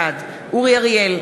בעד אורי אריאל,